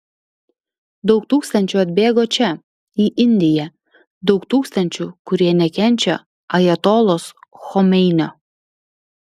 daug tūkstančių atbėgo čia į indiją daug tūkstančių kurie nekenčia ajatolos chomeinio